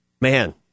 man